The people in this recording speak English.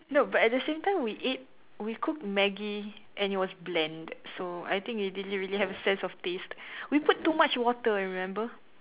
no but at the same time we ate we cooked Maggi and it was bland so I think we didn't really have a sense of taste we put too much water remember